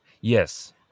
yes